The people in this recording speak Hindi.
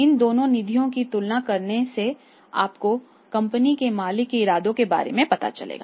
इन दोनों निधियों की तुलना करने से हमको कंपनी के मालिक के इरादों के बारे में पता चलेगा